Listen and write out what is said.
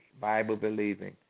Bible-believing